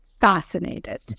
fascinated